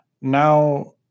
now